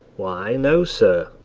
why, no, sir.